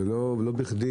ולא בכדי,